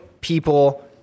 people